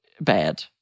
bad